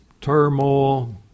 turmoil